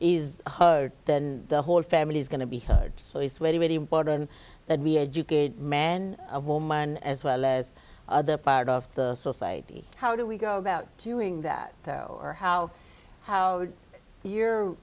is hurt then the whole family is going to be heard so it's very very important that we educate man or woman as well as other part of the society how do we go about doing that or how how you're